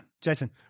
Jason